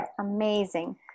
Amazing